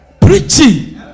preaching